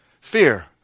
fear